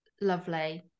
lovely